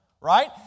Right